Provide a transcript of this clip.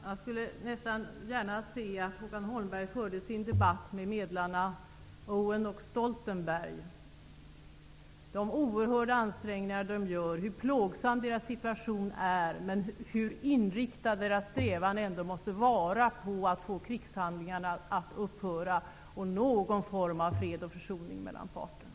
Fru talman! Jag skulle gärna se att Håkan Holmberg förde sin debatt med medlarna Owen och Stoltenberg, som gör oerhörda ansträngningar i en plågsam situation och vilkas strävan ändå är inriktad på att få krigshandlingarna att upphöra och få någon form av fred och försoning mellan parterna.